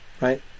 right